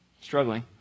struggling